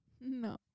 No